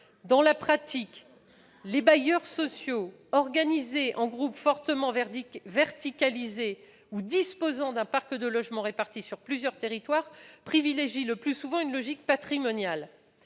Dans la pratique, les bailleurs sociaux organisés en groupes fortement « verticalisés » ou disposant d'un parc de logements répartis sur plusieurs territoires privilégient le plus souvent une logique patrimoniale.